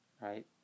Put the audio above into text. right